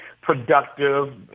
productive